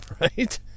Right